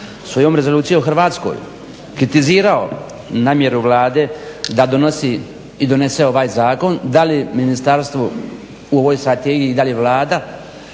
svojom rezolucijom Hrvatskoj kritizirao namjeru Vlade da donosi i donese ovaj zakon da li ministarstvo u ovoj strategiji i da li Vlada